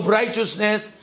righteousness